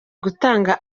gutanga